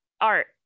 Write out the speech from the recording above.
Art